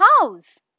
house